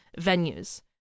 venues